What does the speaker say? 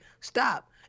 stop